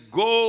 go